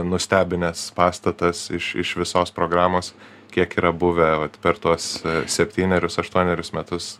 nustebinęs pastatas iš iš visos programos kiek yra buvę vat per tuos septynerius aštuonerius metus